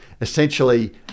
essentially